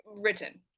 written